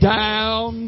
down